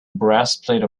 breastplate